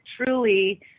truly